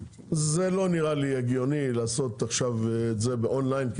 זה לא נראה לי הגיוני לעשות עכשיו את זה באונליין.